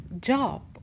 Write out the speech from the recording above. job